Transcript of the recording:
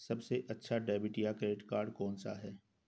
सबसे अच्छा डेबिट या क्रेडिट कार्ड कौन सा है?